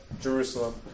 Jerusalem